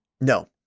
No